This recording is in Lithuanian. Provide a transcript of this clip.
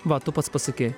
va tu pats pasakei